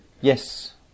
Yes